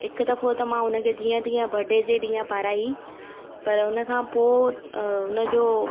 हिक दफ़ो त मां हुनखे जीअं तीअं बडे जे ॾींहं पाराई पर उनखां पोइ अ हुनजो